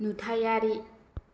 नुथायारि